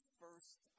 first